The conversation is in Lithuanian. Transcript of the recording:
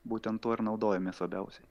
būtent tuo ir naudojamės labiausiai